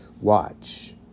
Watch